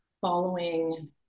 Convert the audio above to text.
following